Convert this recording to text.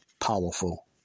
powerful